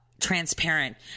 transparent